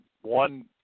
one